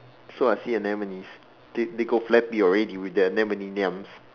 so are sea anemones they they go flap you already with their